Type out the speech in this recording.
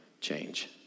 change